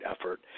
effort